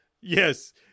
yes